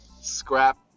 scrap